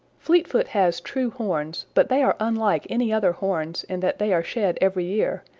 fleetfoot has true horns, but they are unlike any other horns in that they are shed every year,